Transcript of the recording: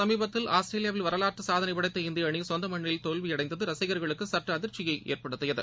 சமீபத்தில் ஆஸ்திரேலியாவில் வரலாற்றுசாதனைபடைத்த இந்திய அணிசொந்தமண்ணில் தோல்விஅடைந்ததரசிகர்களுக்கிடையேசற்றுஅதிர்ச்சியைஏற்படுத்தியது